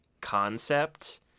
concept